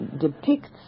depicts